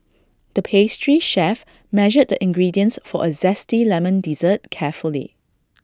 the pastry chef measured the ingredients for A Zesty Lemon Dessert carefully